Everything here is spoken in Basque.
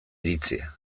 iritzia